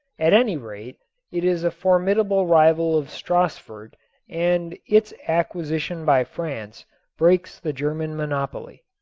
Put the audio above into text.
at any rate it is a formidable rival of stassfurt and its acquisition by france breaks the german monopoly.